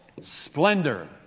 Splendor